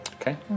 Okay